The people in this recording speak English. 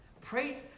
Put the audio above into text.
Pray